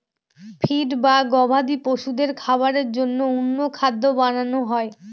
feed বা গবাদি পশুদের খাবারের জন্য অন্য খাদ্য বানানো হয়